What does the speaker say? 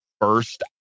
first